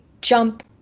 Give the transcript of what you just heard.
jump